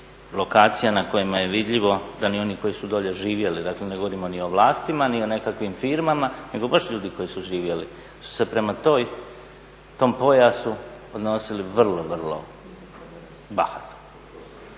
lokacija na kojima je vidljivo da ni oni koji su dolje živjeli dakle ne govorimo ni o vlastima ni o nekakvim firmama, nego baš ljudi koji su živjeli su se prema tom pojasu odnosili vrlo, vrlo bahato.